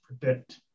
predict